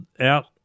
out